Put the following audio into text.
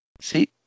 See